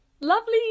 lovely